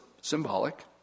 symbolic